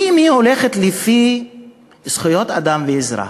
אם היא הולכת לפי זכויות אדם, אזרח,